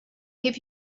give